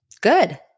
Good